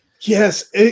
Yes